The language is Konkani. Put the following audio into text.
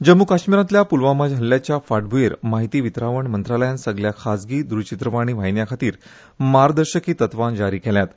जम्म् काश्मीरातल्या प्लवामा हल्ल्याच्या फाटभ्येर म्हायती वितरावण मंत्रालयान सगल्या खाजगी द्रचित्रवाणी वाहिन्यांखातीर मार्गदर्शकी तत्वां जारी केल्यात